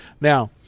Now